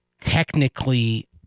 technically